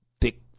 thick